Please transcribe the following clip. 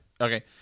Okay